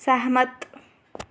सैहमत